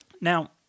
Now